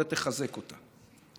אלא תחזק אותה.